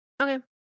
Okay